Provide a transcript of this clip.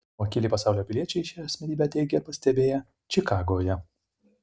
o akyli pasaulio piliečiai šią asmenybę teigia pastebėję čikagoje